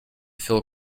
feel